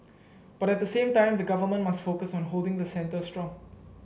but at the same time the Government must focus on holding the centre strong